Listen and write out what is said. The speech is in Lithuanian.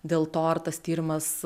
dėl to ar tas tyrimas